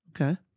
Okay